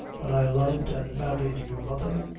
when i loved an' married your mother,